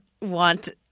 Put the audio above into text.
want –